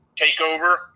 takeover